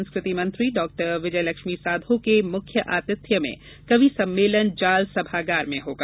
संस्कृति मंत्री डॉ विजय लक्ष्मी साधौ के मुख्य आतिथ्य में कवि सम्मेलन जाल सभागार में होगा